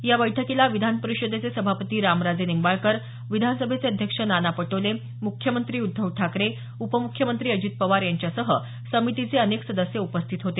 या बैठकीला विधान परिषदेचे सभापती रामराजे निंबाळकर विधानसभेचे अध्यक्ष नाना पटोले मुख्यमंत्री उद्धव ठाकरे उपम्ख्यमंत्री अजित पवार यांच्यासह समितीचे अनेक सदस्य उपस्थित होते